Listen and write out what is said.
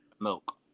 Milk